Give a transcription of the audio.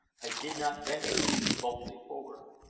i did not venture too boldly forward.